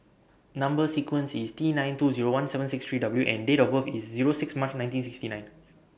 Number sequence IS T nine two Zero one seven six three W and Date of birth IS Zero six March nineteen sixty nine